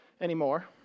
anymore